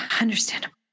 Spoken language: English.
Understandable